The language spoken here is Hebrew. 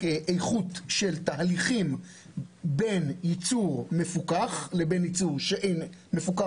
איכות של תהליכים בין ייצור מפוקח לבין ייצור מפוקח